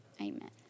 amen